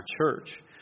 church